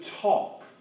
talk